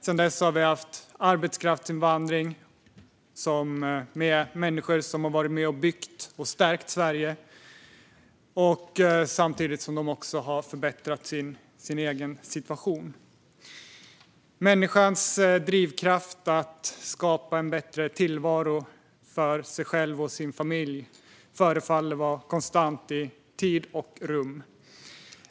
Sedan dess har vi haft arbetskraftsinvandring, och dessa människor har varit med och byggt och stärkt Sverige samtidigt som de har förbättrat sin egen situation. Människans drivkraft att skapa en bättre tillvaro för sig själv och sin familj förefaller vara konstant i tid och rum.